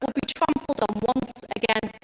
but be trampled on once again.